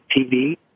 TV